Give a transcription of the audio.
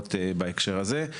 לערכאות בהקשר הזה.